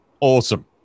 Awesome